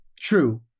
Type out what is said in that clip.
True